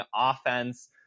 offense